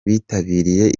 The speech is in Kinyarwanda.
bitabiriye